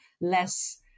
less